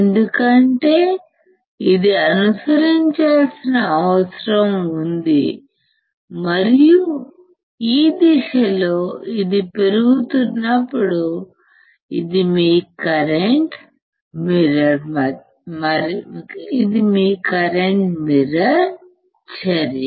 ఎందుకంటే ఇది అనుసరించాల్సిన అవసరం ఉంది మరియు ఈ దిశలో ఇది పెరుగుతున్నప్పుడు ఇది మీ కరెంట్ మిర్రర్ చర్య